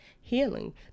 healing